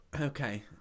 Okay